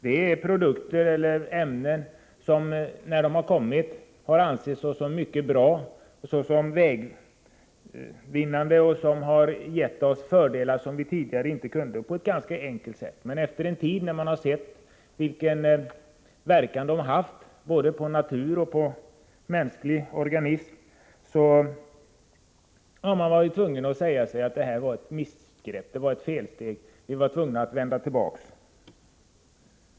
Det är olika ämnen som, när de kommit, har ansetts vara mycket bra och ansetts vara vägvinnande. De har gett oss fördelar som vi tidigare inte haft. Men efter en tid, när vi sett vilken verkan de haft på naturen och på den mänskliga organismen, har vi varit tvungna att säga oss att det var ett missgrepp, ett felsteg. Vi var tvungna att vända tillbaka.